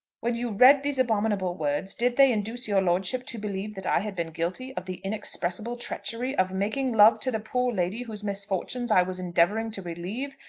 when you read those abominable words did they induce your lordship to believe that i had been guilty of the inexpressible treachery of making love to the poor lady whose misfortunes i was endeavouring to relieve,